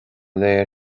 léir